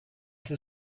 can